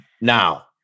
now